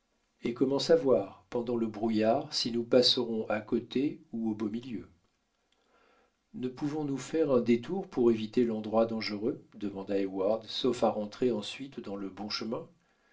et comment savoir pendant le brouillard si nous passerons à côté ou au beau milieu ne pouvons-nous faire un détour pour éviter l'endroit dangereux demanda heyward sauf à rentrer ensuite dans le bon chemin